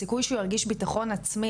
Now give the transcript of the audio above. הסיכוי שהוא ירגיש ביטחון עצמי,